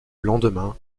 lendemain